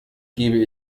gebe